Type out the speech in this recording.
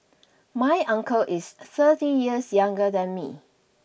my uncle is thirty years younger than me